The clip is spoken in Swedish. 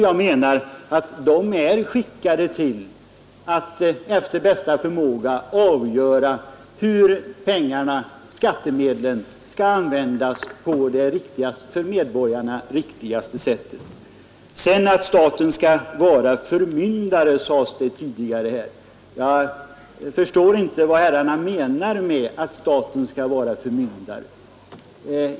Jag anser att dessa är väl skickade att avgöra hur skattemedlen bör användas på för medborgarna bästa sätt. Jag förstår vidare inte riktigt vad herrarna menar när ni talar om staten som förmyndare.